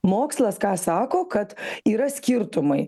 mokslas ką sako kad yra skirtumai